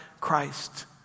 Christ